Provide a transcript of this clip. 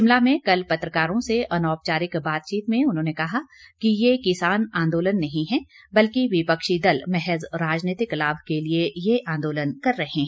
शिमला में कल पत्रकारों से अनौपचारिक बातचीत में उन्होंने कहा कि ये किसान आंदोलन नहीं है बल्कि विपक्षी दल महज राजनीतिक लाभ के लिए ये आंदोलन कर रहे हैं